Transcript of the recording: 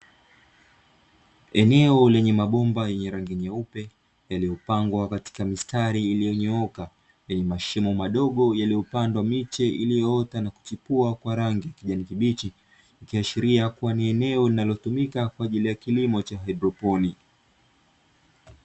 Eneo lenye mabomba yenye rangi nyeupe, yaliyopangwa katika mistari iliyo nyooka, kwenye mashimo madogo yaliyopandwa miche iliyoota na kuchipua kwa rangi ya kijani kibichi, ikihashiria kuwa ni eneo linalotumika kwenye kilimo cha hydroponi.